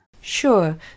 Sure